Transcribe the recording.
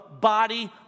body